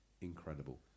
incredible